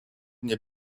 мне